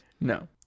No